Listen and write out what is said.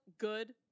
Good